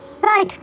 Right